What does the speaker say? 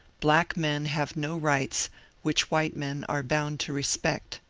black men have no rights which white men are bound to respect.